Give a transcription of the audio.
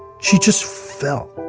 she just fell.